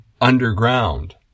underground